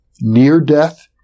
near-death